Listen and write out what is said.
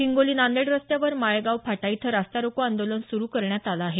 हिंगोली नांदेड रस्त्यावर माळेगाव फाटा इथं रस्ता रोको आंदोलन सुरु करण्यात आलं आहे